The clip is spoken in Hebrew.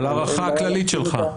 אבל הערכה כללית שלך.